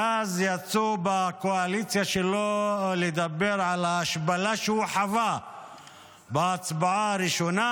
ואז יצאו בקואליציה שלו לדבר על ההשפלה שהוא חווה בהצבעה הראשונה.